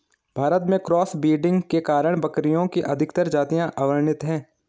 भारत में cross breeding के कारण बकरियों की अधिकतर जातियां अवर्णित है